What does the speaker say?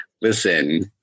listen